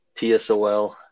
TSOL